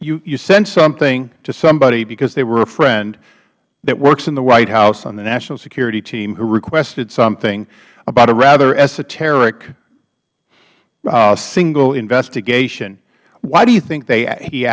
you sent something to somebody because they were a friend that works in the white house on the national security team who requested something about a rather esoteric single investigation why do you think he